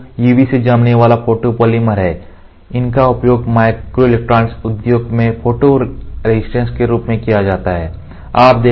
तो UV से जमने वाला फोटोपॉलीमर है इनका उपयोग माइक्रोइलेक्ट्रॉनिक उद्योग में फोटो रेजिस्टेंट के रूप में किया जाता है